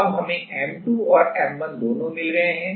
अब हमें M2 और M1 दोनों मिल गए हैं